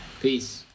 Peace